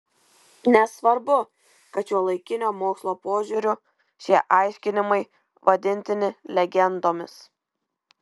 nesvarbu kad šiuolaikinio mokslo požiūriu šie aiškinimai vadintini legendomis